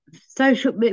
social